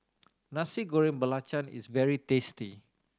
Nasi Goreng Belacan is very tasty